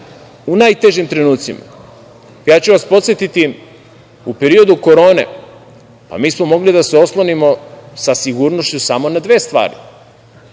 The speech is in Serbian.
u najtežim trenucima. Ja ću vas podsetiti, u periodu korone, mi smo mogli da se oslonimo sa sigurnošću samo na dve stvari